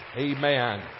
Amen